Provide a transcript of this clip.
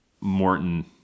Morton